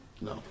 No